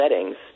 settings